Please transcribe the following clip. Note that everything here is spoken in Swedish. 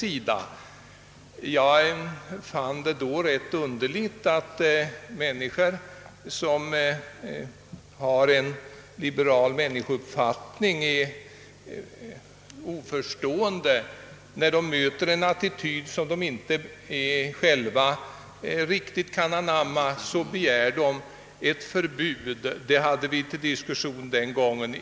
Jag har funnit det underligt att personer, som har en liberal människouppfattning, är oförstående när de möter en attityd, som de inte själva riktigt kan anamma, och begär ett förbud. Den saken har vi diskuterat tidigare.